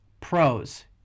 pros